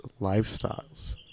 lifestyles